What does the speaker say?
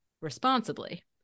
responsibly